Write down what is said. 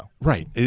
Right